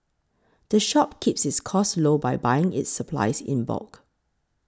the shop keeps its costs low by buying its supplies in bulk